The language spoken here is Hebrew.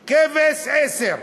כבש, 10,